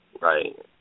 Right